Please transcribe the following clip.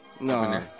No